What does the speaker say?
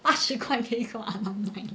八十块可以做 alumni